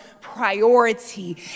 priority